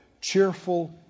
cheerful